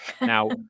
Now